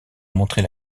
montrer